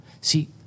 See